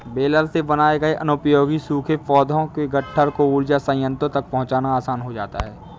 baler से बनाए गए अनुपयोगी सूखे पौधों के गट्ठर को ऊर्जा संयन्त्रों तक पहुँचाना आसान हो जाता है